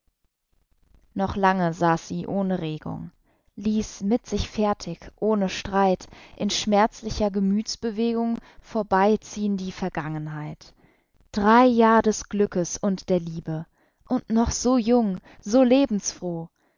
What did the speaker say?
noch lange saß sie ohne regung ließ mit sich fertig ohne streit in schmerzlicher gemüthsbewegung vorbeiziehn die vergangenheit drei jahr des glückes und der liebe und noch so jung so lebensfroh